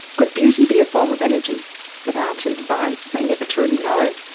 could beauty be a form of energy that art and science may never truly know,